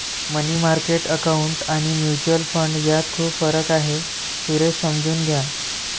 मनी market account आणि mutual fund यात खूप फरक आहे, सुरेश समजून घ्या